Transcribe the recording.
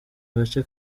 agace